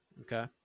okay